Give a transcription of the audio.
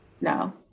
No